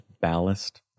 ballast